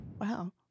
Wow